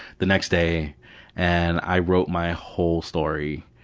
the next day and i wrote my whole story.